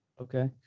Okay